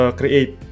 create